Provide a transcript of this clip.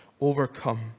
overcome